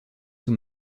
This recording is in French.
sous